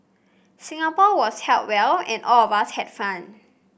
Singapore was held well and all of us had fun